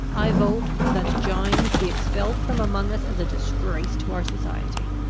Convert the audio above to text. i vote that gines be expelled from among us as a disgrace to our society.